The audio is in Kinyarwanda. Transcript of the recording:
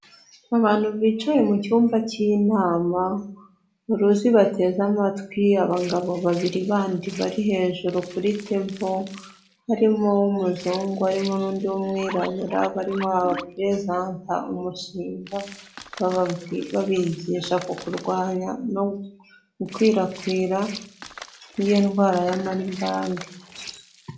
Abantu bicaye mu cyumba cy'inama uruzi bateze amatwi, abagabo babiri bandi bari hejuru kuri tebo, harimo umuzungu harimo n'undi w' umwirabura barimo barapuresanta umushinga, babigisha ku kurwanya no gukwirakwira kw'iyi ndwara ya Murburg.